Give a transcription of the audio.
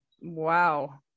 Wow